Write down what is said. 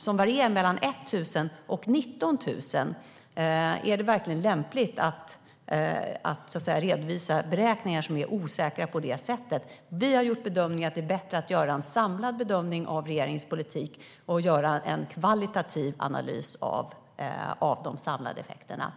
som varierar mellan 1 000 och 19 000 - är det verkligen lämpligt att redovisa beräkningar som är osäkra på det sättet? Vi har gjort bedömningen att det är bättre att göra en samlad bedömning av regeringens politik och göra en kvalitativ analys av de samlade effekterna.